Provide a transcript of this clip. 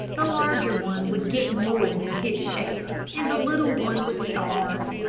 the larger one would get more than his share, and the little one would starve.